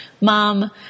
mom